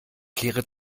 kehre